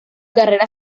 carrera